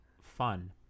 fun